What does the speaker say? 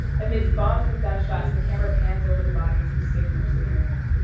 amidst bombs and gunshots, the camera pans over the bodies of sick mercenaries,